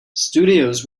studios